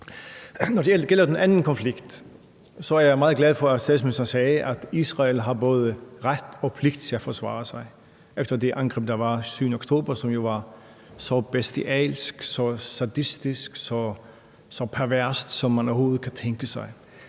Når det gælder den anden konflikt, er jeg meget glad for, at statsministeren sagde, at Israel har både ret og pligt til at forsvare sig efter det angreb, der var den 7. oktober, som var så bestialsk, så sadistisk og så perverst, som man overhovedet kan tænke sig.